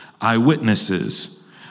Eyewitnesses